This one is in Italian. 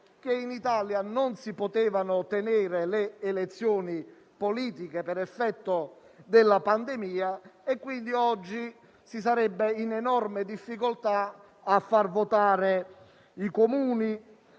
quale in Italia non si possono tenere le elezioni politiche per effetto della pandemia e, quindi, oggi si sarebbe in enorme difficoltà a far votare i Comuni,